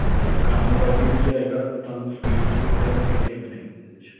ਤੁਹਾਡਾ ਜੋ ਕੰਮ ਹੋਵੇਗਾ ਉਹ ਵੀ ਵਧੀਆ ਹੋਵੇਗਾ ਅਤੇ ਤੁਹਾਨੂੰ ਸਪੀਡ ਜੋ ਹੈ ਉਹ ਵੀ ਵਧੀਆ ਮਿਲੇਗੀ ਉਹਦੇ ਵਿੱਚ